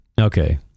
Okay